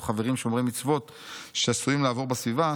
חברים שומרי מצוות שעשויים לעבור בסביבה,